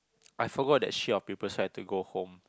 I forgot that sheet of paper so I had to go home